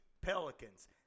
Pelicans